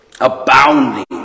Abounding